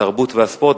התרבות והספורט.